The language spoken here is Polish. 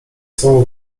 swą